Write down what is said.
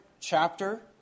chapter